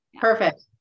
Perfect